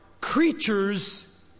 creatures